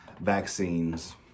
Vaccines